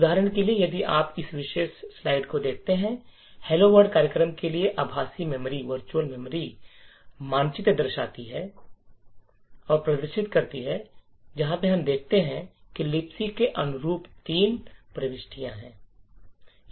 उदाहरण के लिए यदि आप इस विशेष स्लाइड को देखते हैं जो Hello World कार्यक्रम के लिए आभासी मेमोरी मानचित्र प्रदर्शित करता है तो हम देखते हैं कि लिब्स के अनुरूप तीन प्रविष्टियां हैं